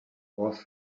was